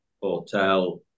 hotel